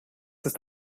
ist